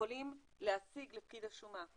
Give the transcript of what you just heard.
יכולים להשיג לפקיד השומה,